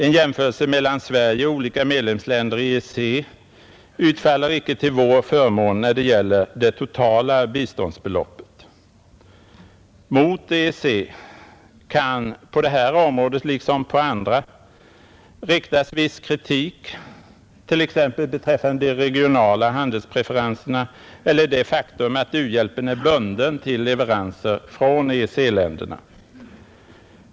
En jämförelse mellan Sverige och olika medlemsländer i EEC utfaller icke till vår förmån när det gäller det totala biståndsbeloppet. Mot EEC kan på det här området liksom på andra riktas viss kritik t.ex. beträffande de regionala handelspreferenserna eller det faktum att u-hjälpen är bunden till leveranser från EEC-länderna.